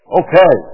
okay